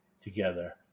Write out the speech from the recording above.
together